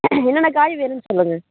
என்னென்ன காய் வேணும்ன்னு சொல்லுங்கள்